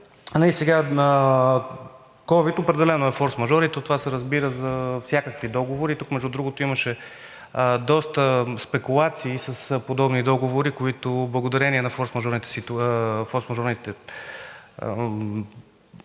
Съответно, ковид определено е форсмажор и това се разбира за всякакви договори. Тук, между другото, имаше доста спекулации с подобни договори, които благодарение на форсмажорните